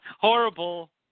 Horrible